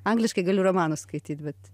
angliškai galiu romanus skaityt bet